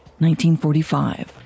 1945